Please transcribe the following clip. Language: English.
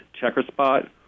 checkerspot